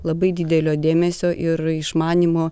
labai didelio dėmesio ir išmanymo